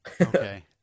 okay